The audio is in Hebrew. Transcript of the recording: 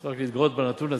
צריך רק להתגאות בנתון הזה.